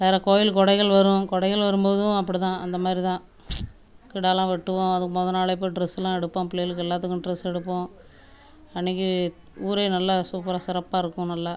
வேறு கோயில் கொடைகள் வரும் கொடைகள் வரும்போதும் அப்படிதான் அந்தமாதிரி தான் கெடாலாம் வெட்டுவோம் அதற்கு முத நாளே போய் ட்ரெஸ்லாம் எடுப்போம் பிள்ளைகளுக்கு எல்லாத்துக்கும் ட்ரெஸ் எடுப்போம் அன்னைக்கு ஊரே நல்லா சூப்பராக சிறப்பாக இருக்கும் நல்லா